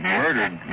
murdered